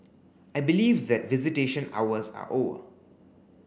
I believe that visitation hours are over